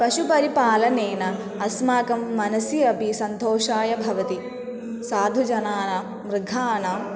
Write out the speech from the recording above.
पशुपरिपालनेन अस्माकं मनसि अपि सन्तोषाय भवति साधुजनानां मृगाणां